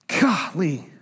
Golly